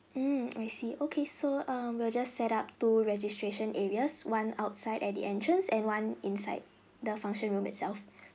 mm I see okay so err we'll just set up two registration areas one outside at the entrance and one inside the function room itself